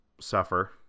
suffer